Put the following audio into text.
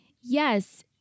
Yes